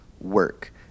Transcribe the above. work